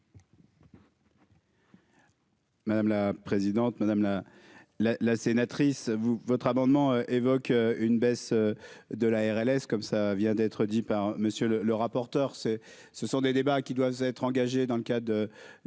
Madame la présidente, madame la la la, sénatrice-vous votre amendement évoque une baisse de la RLS, comme ça vient d'être dit par monsieur le rapporteur, c'est ce sont des débats qui doivent être engagées dans le cas de, de,